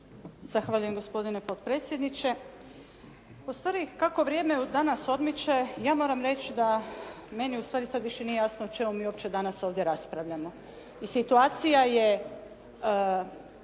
Zahvaljujem gospodine potpredsjedniče. Ustvari kako vrijeme danas odmiče ja moram reći da meni ustvari sad više nije jasno o čemu mi uopće danas ovdje raspravljamo? I situacija je